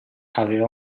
aveva